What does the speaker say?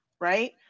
right